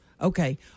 Okay